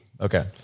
Okay